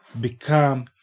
become